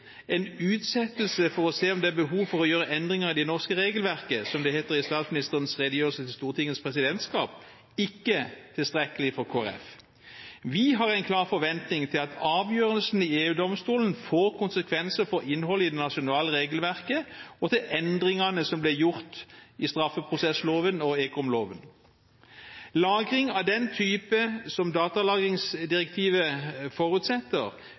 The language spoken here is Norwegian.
«en utsettelse for å se om det er behov for å gjøre endringer i det norske regelverket», som det heter i statsministerens redegjørelse til Stortingets presidentskap, ikke tilstrekkelig for Kristelig Folkeparti. Vi har en klar forventning til at avgjørelsen i EU-domstolen får konsekvenser for innholdet i det nasjonale regelverket og til endringene som ble gjort i straffeprosessloven og ekomloven. Lagring av den type som datalagringsdirektivet forutsetter,